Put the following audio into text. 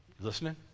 Listening